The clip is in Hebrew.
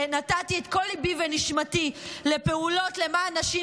שנתתי את כל ליבי ונשמתי לפעולות למען נשים,